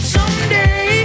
Someday